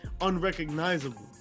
unrecognizable